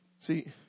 See